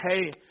Hey